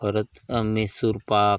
परत मैसूर पाक